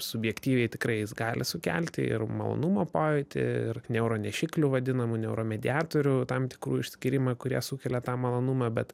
subjektyviai tikrai jis gali sukelti ir malonumo pojūtį ir neuro nešiklių vadinamų neuro mediatorių tam tikrų išskyrimą kurie sukelia tą malonumą bet